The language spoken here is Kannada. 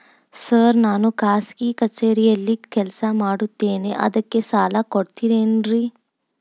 ಸರ್ ನಾನು ಖಾಸಗಿ ಕಚೇರಿಯಲ್ಲಿ ಕೆಲಸ ಮಾಡುತ್ತೇನೆ ಅದಕ್ಕೆ ಸಾಲ ಕೊಡ್ತೇರೇನ್ರಿ?